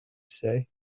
say